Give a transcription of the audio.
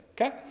Okay